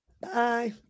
Bye